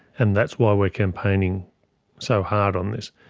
and that's why we are campaigning so hard on this.